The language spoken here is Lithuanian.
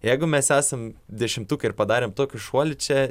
jeigu mes esam dešimtuke ir padarėm tokį šuolį čia